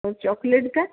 वो चॉकलेट का